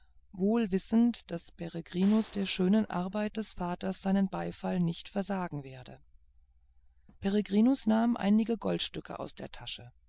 wohl wissend daß peregrinus der schönen arbeit des vaters seinen beifall nicht versagen werde peregrinus nahm einige goldstücke aus der tasche